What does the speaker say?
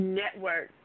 network